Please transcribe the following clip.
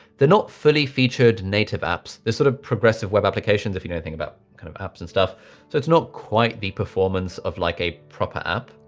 they're not fully featured native apps, this sort of progressive web applications, if you know anything about kind of apps and stuff. so it's not quite the performance of like a proper app,